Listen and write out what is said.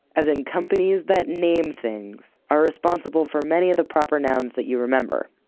as in companies that name things, are responsible for many of the proper nouns that you remember.